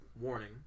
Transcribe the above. warning